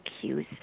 cues